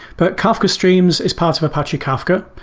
but kafka streams, it's part of apache kafka.